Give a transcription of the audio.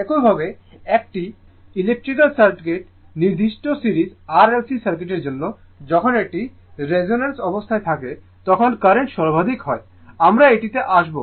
একইভাবে একটি electrical circuit নির্দিষ্ট সিরিজ RLC সার্কিটের জন্য যখন এটি রেজোন্যান্স অবস্থায় থাকে তখন কারেন্ট সর্বাধিক হয় আমরা এটিতে আসব